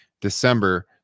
December